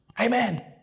Amen